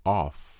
off